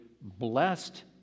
blessed